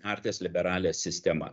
artes liberales sistema